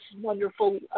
wonderful